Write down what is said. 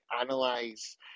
analyze